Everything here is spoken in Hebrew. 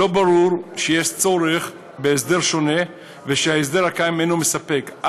לא ברור שיש צורך בהסדר שונה ושההסדר הקיים אינו מספק,